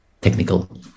technical